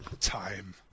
time